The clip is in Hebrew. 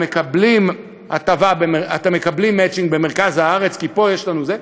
מקבלים מצ'ינג במרכז הארץ כי פה יש לנו זה,